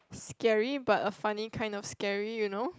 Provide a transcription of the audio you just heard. scary but a funny kind of scary you know